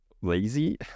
lazy